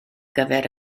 gyfer